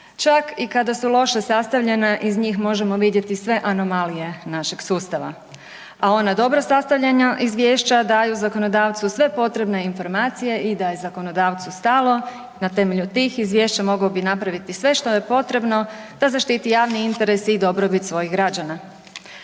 čak i kada su loše sastavljena iz njih možemo vidjeti sve anomalije našeg sustava, a ona dobro sastavljena izvješća daju zakonodavcu sve potrebne informacije i da je zakonodavcu stalo na temelju tih izvješća mogao bi napraviti sve što je potrebno da zaštiti javni interes i dobrobit svojih građana.